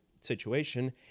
situation